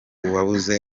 uwabuze